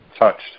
touched